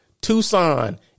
Tucson